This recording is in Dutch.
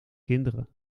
kinderen